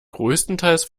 größtenteils